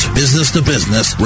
business-to-business